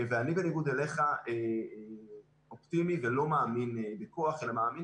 ואני בניגוד אליך אופטימי ולא מאמין בכוח אלא מאמין